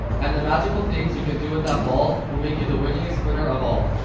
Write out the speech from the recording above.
and the magical things you can do with that ball will make you the winning-est winner of all.